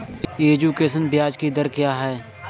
Education loan की ब्याज दर क्या है?